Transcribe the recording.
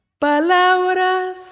Palabras